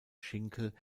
schinkel